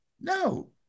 No